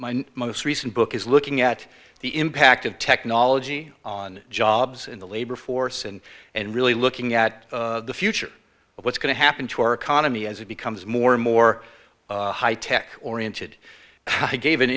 my most recent book is looking at the impact of technology on jobs in the labor force and and really looking at the future of what's going to happen to our economy as it becomes more and more high tech oriented i gave an